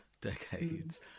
decades